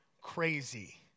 crazy